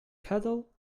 cattle